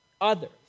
others